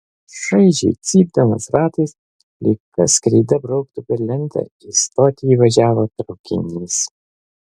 šaižiai cypdamas ratais lyg kas kreida brauktų per lentą į stotį įvažiavo traukinys